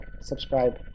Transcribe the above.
Subscribe